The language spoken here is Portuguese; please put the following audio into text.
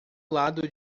lado